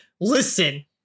listen